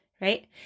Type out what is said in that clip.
right